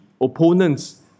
opponents